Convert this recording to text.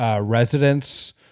residents